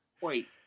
wait